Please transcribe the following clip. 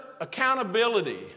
accountability